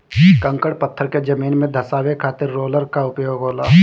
कंकड़ पत्थर के जमीन में धंसावे खातिर रोलर कअ उपयोग होला